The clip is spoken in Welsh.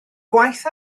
gwaith